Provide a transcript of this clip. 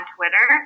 Twitter